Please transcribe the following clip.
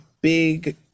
big